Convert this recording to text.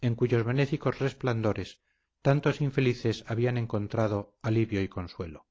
en cuyos benéficos resplandores tantos infelices habían encontrado alivio y consuelo